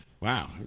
Wow